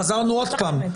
חזרנו עוד פעם.